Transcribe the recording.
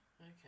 Okay